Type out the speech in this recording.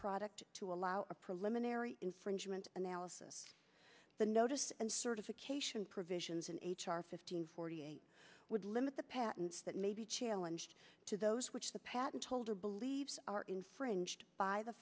product to allow a preliminary infringement analysis the notice and certification provisions in h r fifteen forty eight would limit the patents that may be challenged to those which the patent holder believes are infringed by the